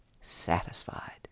satisfied